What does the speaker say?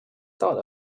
thought